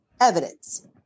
evidence